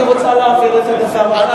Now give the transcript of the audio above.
אני רוצה להבהיר את הדבר הבא,